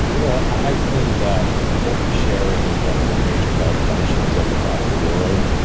you know i think that over-sharing is one of the major malfunctions of the modern world.